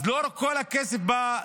אז לא כל הכסף בא,